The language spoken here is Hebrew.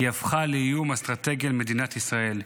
היא הפכה לאיום אסטרטגי על מדינת ישראל.